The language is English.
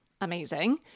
amazing